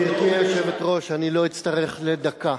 גברתי היושבת-ראש, אני לא אצטרך לדקה.